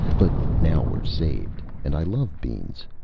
but now we're saved, and i love beans!